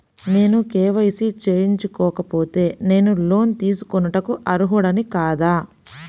నేను కే.వై.సి చేయించుకోకపోతే నేను లోన్ తీసుకొనుటకు అర్హుడని కాదా?